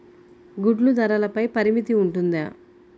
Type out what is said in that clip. గుడ్లు ధరల పై పరిమితి ఉంటుందా?